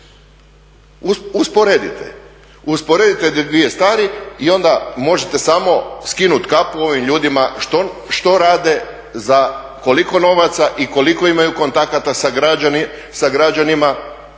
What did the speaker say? stvari. Usporedite te dvije stvari i onda možete samo skinuti kapu ovim ljudima što rade, za koliko novaca i koliko imaju kontakata sa građanima,